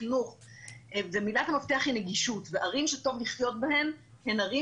חינוך ומילת המפתח היא נגישות וערים שטוב לחיות בהן הן ערים